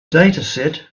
dataset